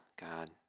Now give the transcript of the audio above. God